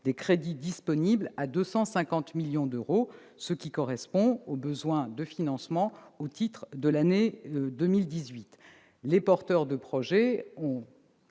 des crédits disponible à 250 millions d'euros, soit l'équivalent des besoins de financement au titre de l'année 2018. Les porteurs de projets ont